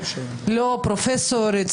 לא פרופסורית,